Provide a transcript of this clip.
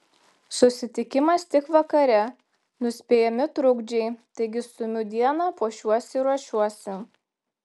susitikimas tik vakare nuspėjami trukdžiai taigi stumiu dieną puošiuosi ir ruošiuosi